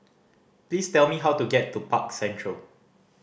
please tell me how to get to Park Central